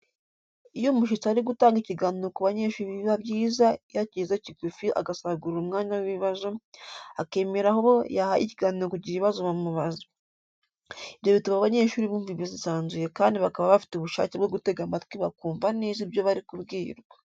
Iyo umushyitsi ari gutanga ikiganiro ku banyeshuri biba byiza iyo akigize kigufi agasagura umwanya w'ibibazo, akemerera abo yahaye ikiganiro kugira ibibazo bamubaza. Ibyo bituma abanyeshuri bumva bisanzuye kandi bakaba bafite ubushake bwo gutega amatwi bakumva neza ibyo bari kubwirwa.